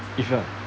if uh